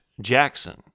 Jackson